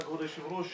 כבוד היושב ראש,